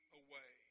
away